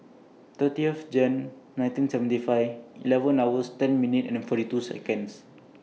thirtieth Jan nineteen seventy five eleven hours ten minute and forty two Seconds